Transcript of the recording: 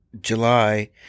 July